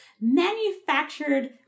manufactured